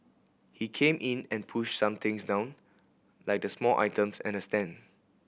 he came in and pushed some things down like the small items and a stand